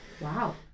Wow